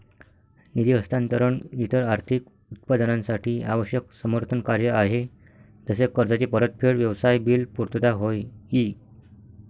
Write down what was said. निधी हस्तांतरण इतर आर्थिक उत्पादनांसाठी आवश्यक समर्थन कार्य आहे जसे कर्जाची परतफेड, व्यवसाय बिल पुर्तता होय ई